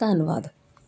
ਧੰਨਵਾਦ